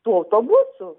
tų autobusų